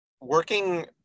working